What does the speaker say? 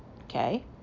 Okay